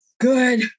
good